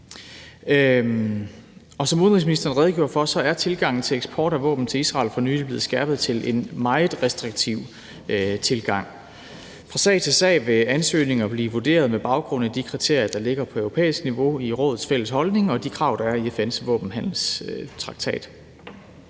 som udenrigsministeren redegjorde for, er tilgangen til eksport og våben til Israel for nylig blevet skærpet til en meget restriktiv tilgang. Fra sag til sag vil ansøgninger blive vurderet med baggrund i de kriterier, der ligger på europæisk niveau i Rådets fælles holdning og de krav, der er i FN's våbenhandelstraktat.